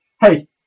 hey